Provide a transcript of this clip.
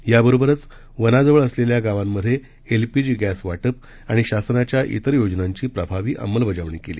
याबरोबरच वनाजवळ असलेल्या गावांमधे एलपीजी गॅस वाटप आणि शासनाच्या इतर योजनांची प्रभावी अंमलबजावणी केली